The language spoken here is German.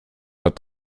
hat